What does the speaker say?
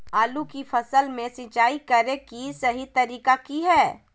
आलू की फसल में सिंचाई करें कि सही तरीका की हय?